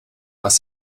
was